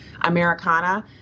Americana